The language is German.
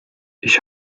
ich